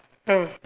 ya